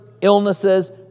illnesses